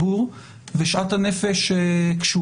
הבוקר הזה נמסר בערוצי הרדיו דיווח ששוטרים שעסקו במלאכת